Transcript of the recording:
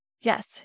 Yes